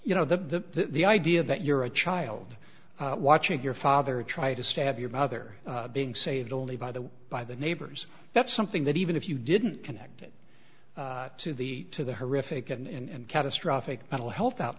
you know the the idea that you're a child watching your father try to stab your mother being saved only by the by the neighbors that's something that even if you didn't connect to the to the horrific and catastrophic mental health out